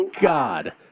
God